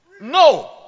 No